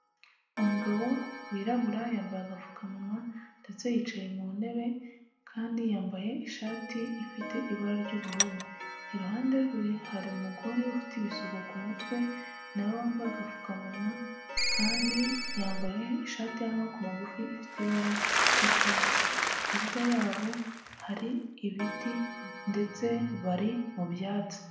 Umugabo wirabura yambaye agapfukamuwa ndetse yicaye mu ntebe kandi yambaye ishati ifite ibara ry'ubururu, iruhande rwe hari umugore ufite ibisuko ku mutwe na we wambaye agapfukamunwa kandi yambaye ishati y'amaboko magufi ifite ibara ry'icyatsi. Hirya yabo hari ibiti ndetse bari mu byatsi.